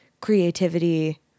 creativity